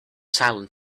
silent